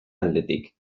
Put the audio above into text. aldetik